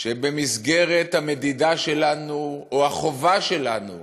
שבמסגרת המדידה שלנו, או החובה שלנו